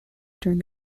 during